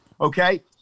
Okay